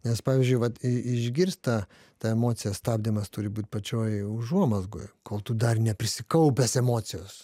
nes pavyzdžiui vat išgirst tą tą emociją stabdymas turi būt pačioj užuomazgoje kol tu dar neprisikaupęs emocijos